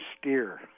steer